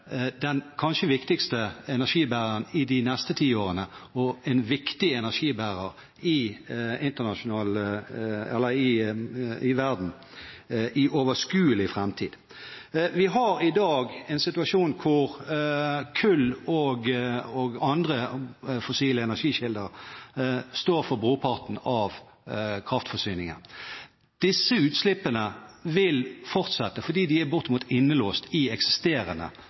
den kanskje viktigste energibæreren i de neste tiårene og en viktig energibærer i verden i overskuelig framtid. Vi har i dag en situasjon hvor kull og andre fossile energikilder står for brorparten av kraftforsyningen. Disse utslippene vil fortsette, fordi de er bortimot innelåst i eksisterende